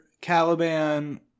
Caliban